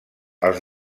els